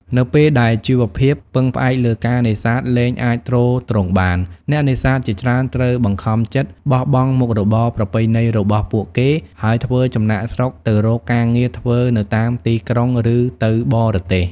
នៅពេលដែលជីវភាពពឹងផ្អែកលើការនេសាទលែងអាចទ្រទ្រង់បាន អ្នកនេសាទជាច្រើនត្រូវបង្ខំចិត្តបោះបង់មុខរបរប្រពៃណីរបស់ពួកគេ ហើយធ្វើចំណាកស្រុកទៅរកការងារធ្វើនៅតាមទីក្រុង ឬទៅបរទេស។